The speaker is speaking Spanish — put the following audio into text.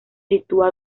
sitúa